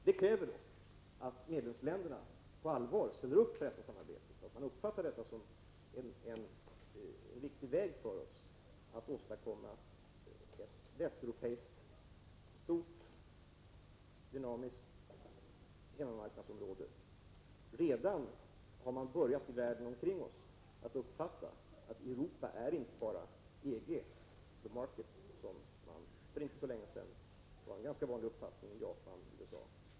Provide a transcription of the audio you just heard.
Det kräver att medlemsländerna på allvar ställer upp på detta samarbete, att man uppfattar detta som en riktig väg för oss att åstadkomma ett västeuropeiskt stort, dynamiskt hemmamarknadsområde. Man har redan börjat i världen omkring oss att uppfatta att Europa inte bara är EG, the Market, något som för inte så länge sedan var en ganska vanlig uppfattning i Japan och USA.